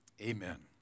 Amen